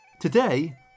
Today